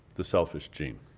the selfish gene.